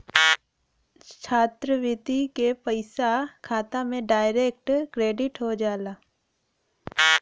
छात्रवृत्ति क पइसा खाता में डायरेक्ट क्रेडिट हो जाला